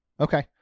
Okay